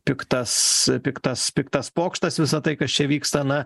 piktas piktas piktas pokštas visa tai kas čia vyksta na